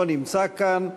לא נמצא כאן,